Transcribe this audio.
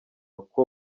uko